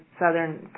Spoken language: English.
southern